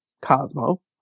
Cosmo